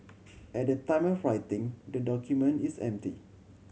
at the time of writing the document is empty